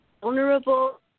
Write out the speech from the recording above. vulnerable